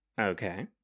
Okay